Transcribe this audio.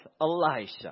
Elisha